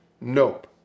Nope